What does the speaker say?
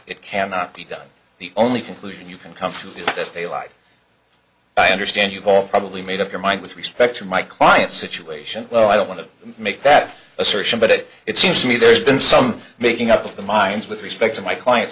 it cannot be done the only conclusion you can come to that they lied i understand you've all probably made up your mind with respect to my client situation well i don't want to make that assertion but it seems to me there's been some making up of the minds with respect to my client